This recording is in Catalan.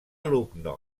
lucknow